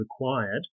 required